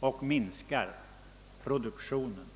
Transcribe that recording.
och minskar produktionen.